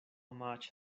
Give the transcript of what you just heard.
much